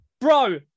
Bro